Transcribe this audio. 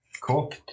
Cool